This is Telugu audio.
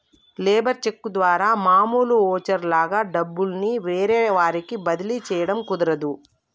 లేబర్ చెక్కు ద్వారా మామూలు ఓచరు లాగా డబ్బుల్ని వేరే వారికి బదిలీ చేయడం కుదరదు